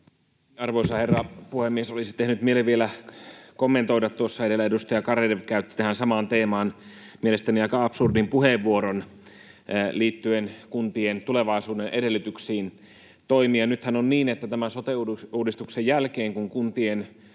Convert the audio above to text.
Arvoisa herra puhemies! Olisi tehnyt mieli vielä kommentoida tuossa edellä. Edustaja Garedew käytti tähän samaan teemaan mielestäni aika absurdin puheenvuoron liittyen kuntien tulevaisuuden edellytyksiin toimia. Nythän on niin, että tämän sote-uudistuksen jälkeen, kun kuntien